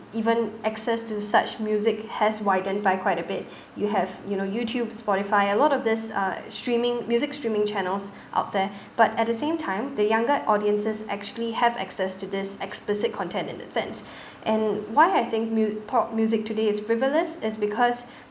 even access to such music has widened by quite a bit you have you know YouTube Spotify a lot of this uh streaming music streaming channels out there but at the same time the younger audiences actually have access to this explicit content in that sense and why I think mu~ pop music today is frivolous is because